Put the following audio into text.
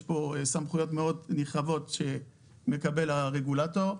פה סמכויות מאוד נרחבות שמקבל הרגולטור.